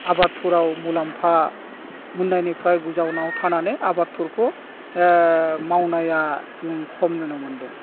आबादफोराव मुलाम्फा मोन्नायनिफ्राय गोजानाव थानानै आबादफोरखौ मावनाया जों खम नुनो मोनदों